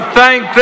thank